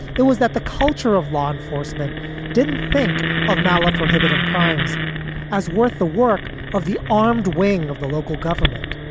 it was that the culture of law enforcement didn't think of mallala prohibitive crimes as worth the work of the armed wing of the local government.